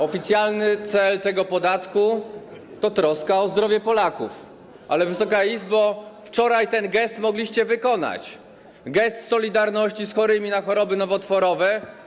Oficjalny cel tego podatku to troska o zdrowie Polaków, ale, Wysoka Izbo, wczoraj taki gest mogliście wykonać, gest solidarności z chorymi na choroby nowotworowe.